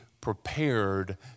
prepared